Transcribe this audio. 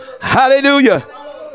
Hallelujah